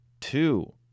two